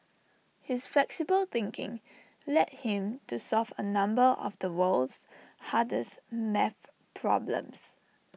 his flexible thinking led him to solve A number of the world's hardest math problems